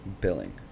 billing